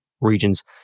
regions